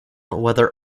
whether